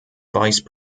vice